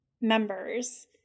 members